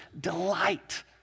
delight